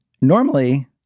normally